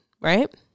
right